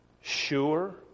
sure